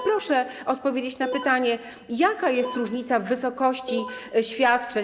Proszę odpowiedzieć na pytanie, jaka jest różnica w wysokości świadczeń.